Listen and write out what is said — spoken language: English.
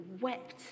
wept